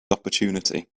opportunity